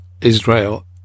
Israel